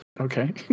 Okay